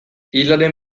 irlaren